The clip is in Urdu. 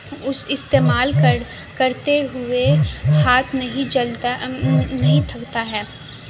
اس استعمال کر کرتے ہوئے ہاتھ نہیں جلتا نہیں تھکتا ہے